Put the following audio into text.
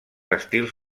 estils